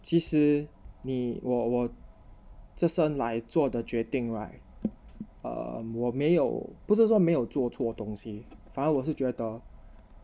其实你我我这算来做的决定 right err 我没有不是说没有做错东西反而我是觉得